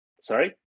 Sorry